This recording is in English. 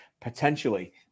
Potentially